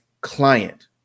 client